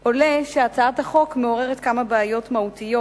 עולה שהצעת החוק מעוררת כמה בעיות מהותיות,